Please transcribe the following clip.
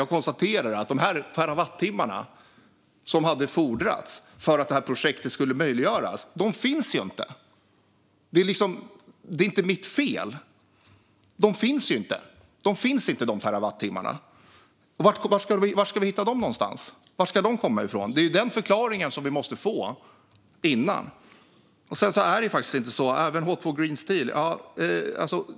Jag konstaterade att de terawattimmar som hade fordrats för att projektet skulle möjliggöras inte finns. Det är inte mitt fel. Var ska vi hitta dem? Varifrån ska de komma? Vi måste få en förklaring till det först. Sedan stämmer det inte när det gäller H2 Green Steel.